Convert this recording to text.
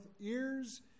ears